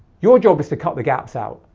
your job is to cut the gaps out.